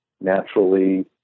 naturally